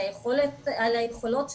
על היכולות שלהם,